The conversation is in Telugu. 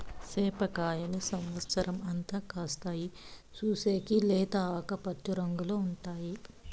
సేప కాయలు సమత్సరం అంతా కాస్తాయి, చూసేకి లేత ఆకుపచ్చ రంగులో ఉంటాయి